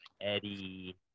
eddie